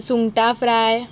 सुंगटां फ्राय